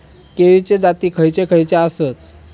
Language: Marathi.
केळीचे जाती खयचे खयचे आसत?